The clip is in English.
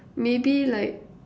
maybe like